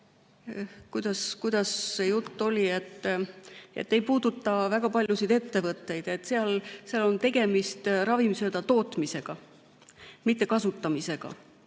kuidas see jutt oligi, et ei puuduta väga paljusid ettevõtteid – seal oli tegemist ravimsööda tootmise, mitte kasutamisega.